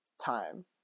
time